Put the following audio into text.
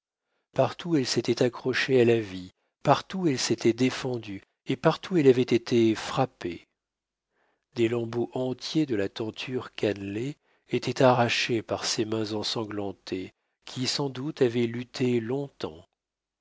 partout elle s'était accrochée à la vie partout elle s'était défendue et partout elle avait été frappée des lambeaux entiers de la tenture cannelée étaient arrachés par ses mains ensanglantées qui sans doute avaient lutté long-temps